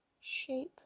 shape